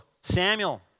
Samuel